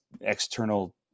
external